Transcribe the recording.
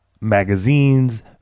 magazines